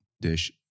dish